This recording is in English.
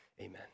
Amen